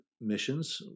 missions